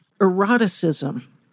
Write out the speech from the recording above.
eroticism